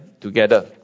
together